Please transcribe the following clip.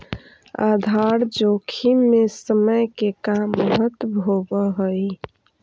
आधार जोखिम में समय के का महत्व होवऽ हई?